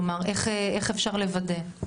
איך אפשר לוודא?